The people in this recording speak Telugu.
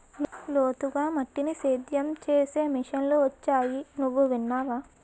లోతుగా మట్టిని సేద్యం చేసే మిషన్లు వొచ్చాయి నువ్వు విన్నావా?